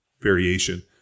variation